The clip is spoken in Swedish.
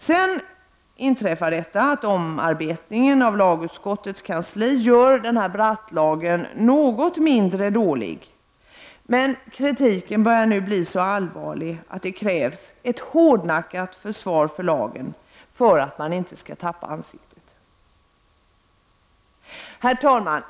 Den omarbetning som lagutskottets kansli utförde gjorde Brattlagen något mindre dålig, men kritiken började nu bli så allvarlig att det krävs ett hårdnackat försvar för lagen för att man inte skall tappa ansiktet. Herr talman!